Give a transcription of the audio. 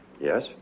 Yes